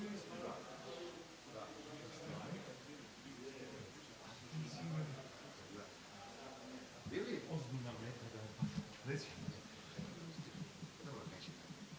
hvala vam